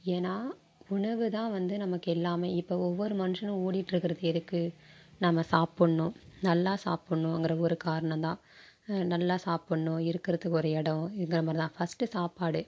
ஏன்னால் உணவுதான் வந்து நமக்கு எல்லாமே இப்போ ஒவ்வொரு மனுஷனும் ஓடிகிட்டுருக்கறது எதுக்கு நம்ம சாப்புடணும் நல்லா சாப்புடணுங்கற ஒரு காரணம் தான் நல்லா சாப்புடணும் இருக்கிறத்துக்கு ஒரு இடோங்கிற மாதிரி தான் ஃபஸ்ட்டு சாப்பாடு